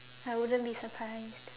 I wouldn't be surprised